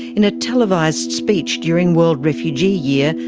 in a televised speech during world refugee year,